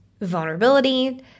vulnerability